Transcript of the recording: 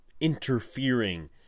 interfering